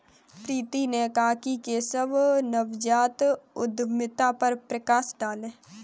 प्रीति ने कहा कि केशव नवजात उद्यमिता पर प्रकाश डालें